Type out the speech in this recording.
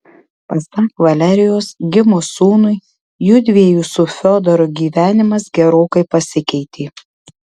pasak valerijos gimus sūnui judviejų su fiodoru gyvenimas gerokai pasikeitė